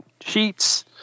sheets